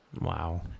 Wow